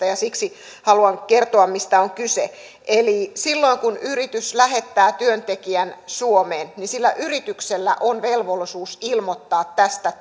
ja siksi haluan kertoa mistä on kyse eli silloin kun yritys lähettää työntekijän suomeen niin sillä yrityksellä on velvollisuus ilmoittaa tästä